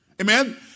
Amen